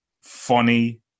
Funny